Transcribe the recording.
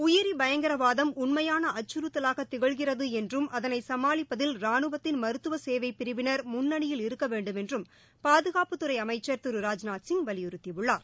உயிரி பயங்கரவாதம் உண்மையாள அக்கறுத்தலாக திகழ்கிறது என்றும் அதனை சமாளிப்பதில் ரானுவத்தின் மருத்துவ சேவைப் பிரிவினர் முன்னணியில் இருக்க வேண்டுமென்றும் பாதுகாப்புத்துறை அமைச்சர் திரு ராஜ்நாத்சிங் வலிபுறுத்தியுள்ளார்